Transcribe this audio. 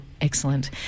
Excellent